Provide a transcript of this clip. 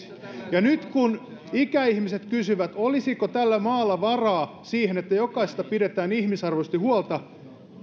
ensin nyt kun ikäihmiset kysyvät olisiko tällä maalla varaa siihen että jokaisesta pidetään ihmisarvoisesti huolta